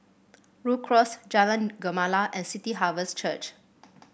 Rhu Cross Jalan Gemala and City Harvest Church